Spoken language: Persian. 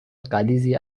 غلیظی